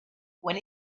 when